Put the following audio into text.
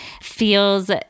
feels